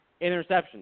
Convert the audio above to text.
interceptions